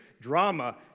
drama